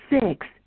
Six